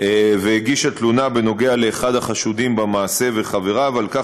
והגישה תלונה בנוגע לאחד החשודים במעשה וחבריו על כך